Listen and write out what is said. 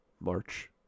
March